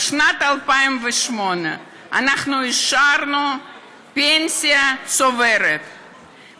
בשנת 2008 אנחנו אישרנו פנסיה צוברת,